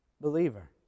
believer